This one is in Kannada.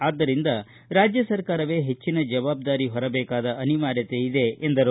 ಆದ್ದರಿಂದ ರಾಜ್ಯ ಸರ್ಕಾರವೇ ಹೆಚ್ಚಿನ ಜವಾಬ್ದಾರಿ ಹೊರಬೇಕಾದ ಅನಿವಾರ್ಯತೆ ಇದೆ ಎಂದರು